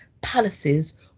palaces